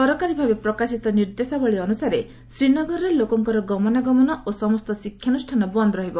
ସରକାରୀ ଭାବେ ପ୍ରକାଶିତ ନିର୍ଦ୍ଦେଶାବଳୀ ଅନୁସାରେ ଶ୍ରୀନଗରରେ ଲୋକଙ୍କର ଗମନାଗମନ ଓ ସମସ୍ତ ଶିକ୍ଷାନୁଷ୍ଠାନ ବନ୍ଦ ରହିବ